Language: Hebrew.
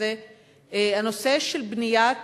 וזה הנושא של בניית